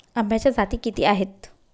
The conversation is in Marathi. आंब्याच्या जाती किती आहेत?